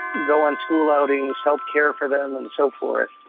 go on school outings, help care for them and so forth,